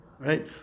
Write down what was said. Right